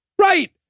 Right